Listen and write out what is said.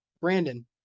Brandon